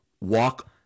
walk